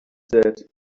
said